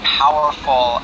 powerful